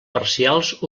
parcials